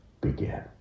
begin